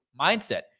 mindset